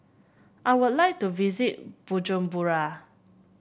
I would like to visit Bujumbura